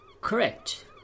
Correct